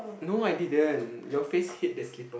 no I didn't your face hit the slipper